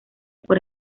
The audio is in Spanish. por